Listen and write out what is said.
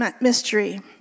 mystery